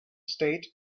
state